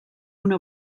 una